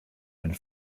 and